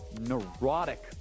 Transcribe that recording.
neurotic